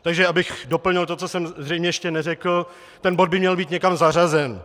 Takže abych doplnil to, co jsem zřejmě ještě neřekl, ten bod by měl být někam zařazen.